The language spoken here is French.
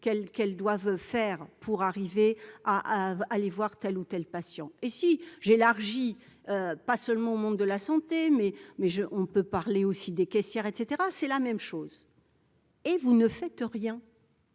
qu'elle doive faire pour arriver à, à aller voir telle ou telle patients et si j'élargis, pas seulement au monde de la santé mais mais je on peut parler aussi des caissières et cetera, c'est la même chose. Et vous ne faites rien.